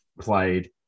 played